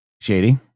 Shady